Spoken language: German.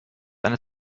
eine